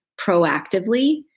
proactively